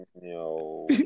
No